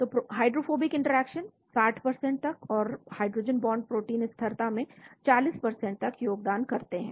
तो hydrophobic interaction 60 तक और हाइड्रोजन बांड प्रोटीन स्थिरता में 40 तक योगदान करते हैं